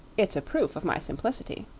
it's a proof of my simplicity.